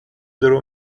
درو